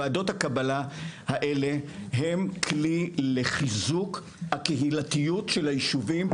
ועדות הקבלה האלה הם כלי לחיזוק הקהילתיות של הישובים,